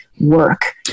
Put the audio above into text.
work